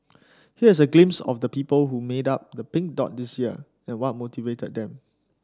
here is a glimpse of the people who made up the Pink Dot this year and what motivated them